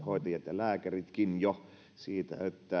lääkäritkin jo siitä